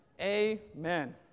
Amen